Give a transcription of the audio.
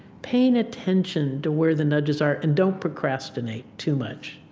paying attention to where the nudges are. and don't procrastinate too much.